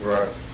Right